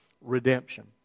redemption